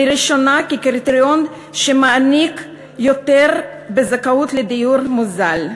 לראשונה כקריטריון שמעניק יתרון בזכאות לדיור מוזל.